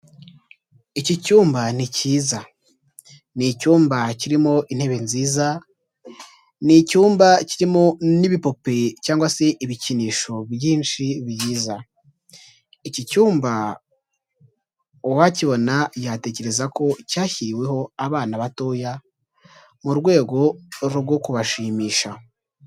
Iki cyumba ni cyiza. Ni icyumba kirimo intebe nziza, ni icyumba kirimo n'ibipupe cyangwa se ibikinisho byinshi byiza. Iki cyumba uwakibona yatekereza ko cyashyiriweho abana batoya mu rwego rwo kubashimisha.